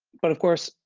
but of course,